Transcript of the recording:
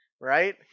Right